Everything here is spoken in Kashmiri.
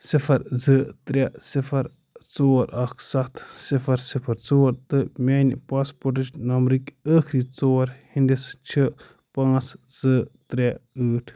صِفر زٕ ترٛےٚ صِفر ژور اکھ سَتھ صِفر صِفر ژور تہٕ میٛانہِ پاسپورٹٕچ نمبرٕکۍ ٲخری ژور ہِنٛدِس چھِ پانٛژھ زٕ ترٛےٚ ٲٹھ